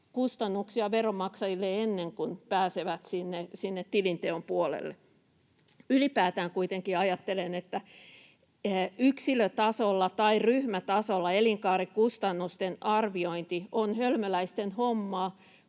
kustannuksia veronmaksajille ennen kuin pääsevät sinne tilinteon puolelle. Ylipäätään kuitenkin ajattelen, että yksilötasolla tai ryhmätasolla elinkaarikustannusten arviointi on hölmöläisten hommaa,